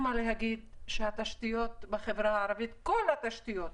התשתיות בחברה הערבית, כל התשתיות,